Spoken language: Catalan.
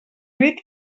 ric